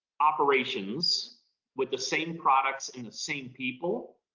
operations with the same products and the same people,